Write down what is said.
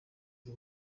iyi